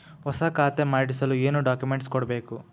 ಹೊಸ ಖಾತೆ ಮಾಡಿಸಲು ಏನು ಡಾಕುಮೆಂಟ್ಸ್ ಕೊಡಬೇಕು?